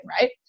right